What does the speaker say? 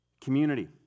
community